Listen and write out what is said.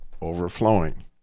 overflowing